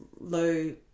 low